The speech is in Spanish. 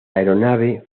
aeronave